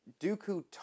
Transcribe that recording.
Dooku